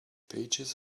pages